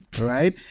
right